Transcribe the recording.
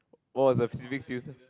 what was a stupid